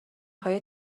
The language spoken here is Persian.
های